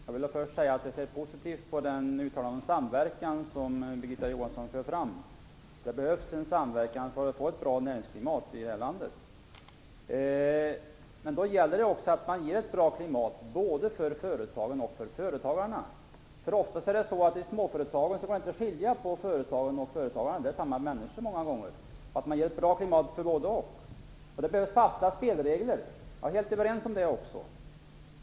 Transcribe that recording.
Herr talman! Jag ser positivt på det uttalande om samverkan som Birgitta Johansson gjorde. Det behövs samverkan för att få ett bra näringslivsklimat i det här landet. Men då gäller det också att det blir ett bra klimat både för företagen och för företagarna. I småföretagen går det ofta inte att skilja mellan företagen och företagarna. Det är många gånger samma människor. Det är viktigt att det blir ett bra klimat för både och. Det behövs fasta spelregler. Jag är helt överens med Birgitta Johansson om det också.